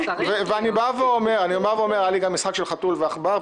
ואני אומר שהיה לי גם משחק של חתול ועכבר,